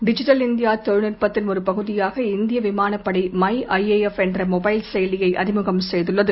digital India தொழில்நுட்பத்தின் ஒரு பகுதியாக இந்திய விமானப் படை மை ஐ ஏ எஃப் என்ற மொபைல் செயலியை அறிமுகம் செய்துள்ளது